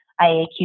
IAQ